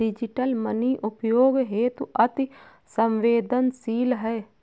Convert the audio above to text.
digital money उपयोग हेतु अति सवेंदनशील है